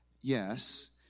Yes